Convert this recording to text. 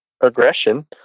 aggression